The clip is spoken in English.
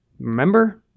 remember